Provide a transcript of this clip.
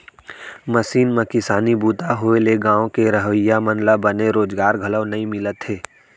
machine म किसानी बूता होए ले गॉंव के रहवइया मन ल बने रोजगार घलौ नइ मिलत हे